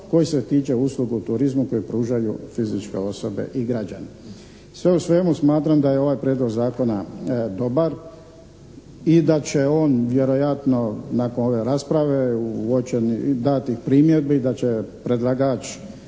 koji se tiče usluga u turizmu koji pružaju fizičke osobe i građane. Sve u svemu smatram da je ovaj prijedlog zakona dobar i da će on vjerojatno nakon ove rasprave … i dati primjedbe i da će predlagač